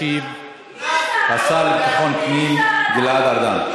ישיב השר לביטחון פנים גלעד ארדן.